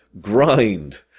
grind